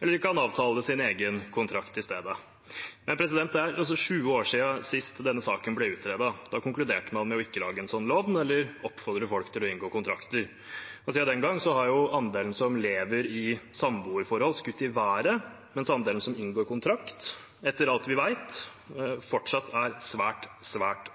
eller de kan avtale sin egen kontrakt i stedet. Det er altså 20 år siden sist denne saken ble utredet. Da konkluderte man med ikke å lage en sånn lov, men heller oppfordre folk til å inngå kontrakter. Siden den gang har andelen som lever i samboerforhold, skutt i været, mens andelen som inngår kontrakt, etter alt vi vet, fortsatt er svært, svært